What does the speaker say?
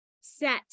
Set